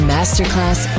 Masterclass